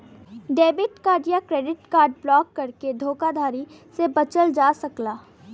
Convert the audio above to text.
debit card या credit card block करके धोखाधड़ी से बचल जा सकला